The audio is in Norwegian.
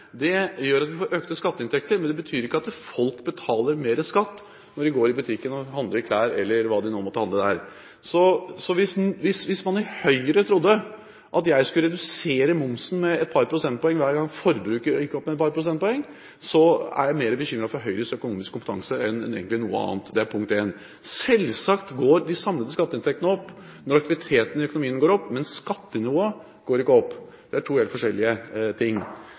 gjør at vi får økte skatteinntekter, men det betyr ikke at folk betaler mer i skatt når de går i butikken og handler klær eller hva de måtte handle der. Så hvis man i Høyre trodde at jeg skulle redusere momsen med et par prosentpoeng hver gang forbruket gikk opp et par prosentpoeng, er jeg mer bekymret for Høyres økonomiske kompetanse enn egentlig noe annet. Selvsagt går de samlede skatteinntektene opp når aktiviteten i økonomien går opp, men skattenivået går ikke opp. Det er to helt forskjellige ting.